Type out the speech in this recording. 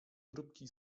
grupki